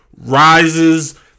rises